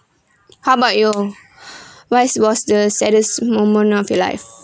how about you what was the saddest moment of your life